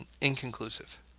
inconclusive